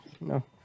No